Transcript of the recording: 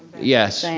yes, yeah